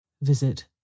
Visit